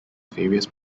various